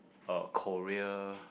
uh Korea